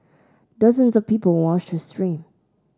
dozens of people watched her stream